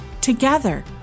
Together